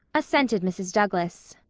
assented mrs. douglas.